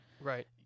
Right